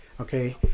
Okay